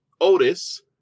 Otis